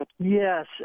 Yes